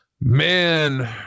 Man